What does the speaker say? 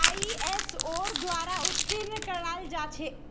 आईएसओर द्वारा उत्तीर्ण कराल जा छेक